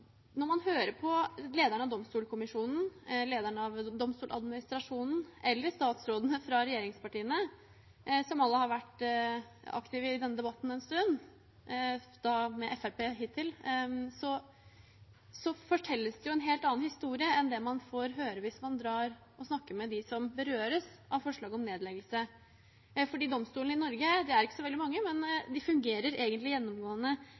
Når man hører på lederen av Domstolkommisjonen, lederen av Domstoladministrasjonen eller statsrådene fra regjeringspartiene, som alle har vært aktive i denne debatten en stund – hittil med Fremskrittspartiet – fortelles det en helt annen historie enn den man får høre hvis man snakker med dem som berøres av forslaget om nedleggelse. For domstolene i Norge er ikke så veldig mange, men de fungerer egentlig gjennomgående